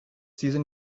season